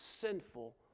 sinful